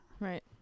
Right